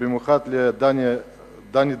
ובמיוחד לחבר הכנסת דני דנון,